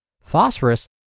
Phosphorus